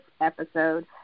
episode